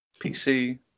PC